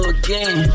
again